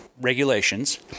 regulations